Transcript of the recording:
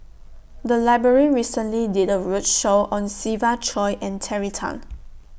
The Library recently did A roadshow on Siva Choy and Terry Tan